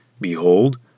behold